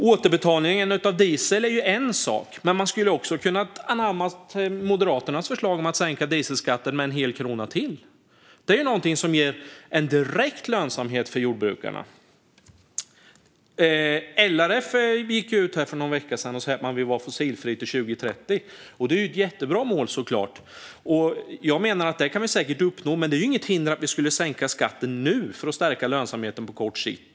Återbetalningen av diesel är en sak. Man skulle också kunna anamma Moderaternas förslag om att sänka dieselskatten med en hel krona till. Det är någonting som ger en direkt lönsamhet för jordbrukarna. LRF gick för någon vecka sedan ut och sa att man vill vara fossilfri till 2030. Det är såklart ett jättebra mål. Jag menar att vi säkert kan uppnå det. Men det är inget hinder för att sänka skatten nu för att stärka lönsamheten på kort sikt.